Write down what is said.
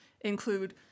include